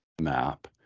map